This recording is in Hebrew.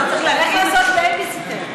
תלך לעשות בייביסיטינג.